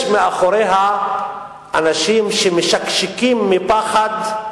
יש מאחוריה אנשים שמשקשקים מפחד,